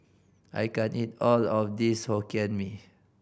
I can't eat all of this Hokkien Mee